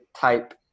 type